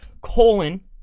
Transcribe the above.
colon